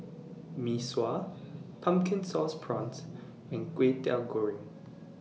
Mee Sua Pumpkin Sauce Prawns and Kwetiau Goreng